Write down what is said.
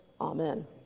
Amen